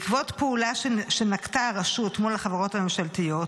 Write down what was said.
בעקבות פעולות שנקטה הרשות מול החברות הממשלתיות,